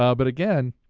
um but again,